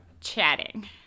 chatting